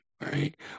right